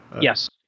Yes